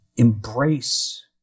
Embrace